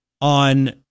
on